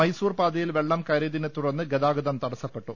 മൈസൂർ പാതയിൽ വെള്ളം കയറിയതിനെത്തുടർന്ന് ഗതാ ഗതം തടസ്സപ്പെട്ടു